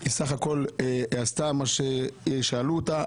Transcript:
היא בסך הכול עשתה מה ששאלו אותה,